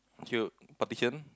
here partition